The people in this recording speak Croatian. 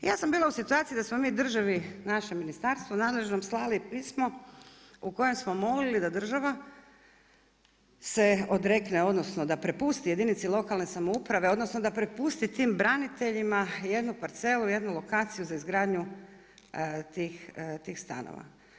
Ja sam bila u situaciji da smo mi državi, našem ministarstvu nadležnom slali pismo u kojem smo molili da država se odrekne odnosno da prepusti jedinici lokalne samouprave odnosno da prepusti tim braniteljima jednu parcelu, jednu lokaciju za izgradnju tih stanova.